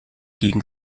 gegen